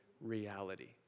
reality